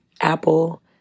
Apple